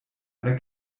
einer